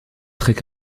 très